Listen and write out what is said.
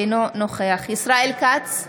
אינו נוכח ישראל כץ,